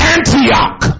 Antioch